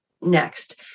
next